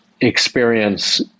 experience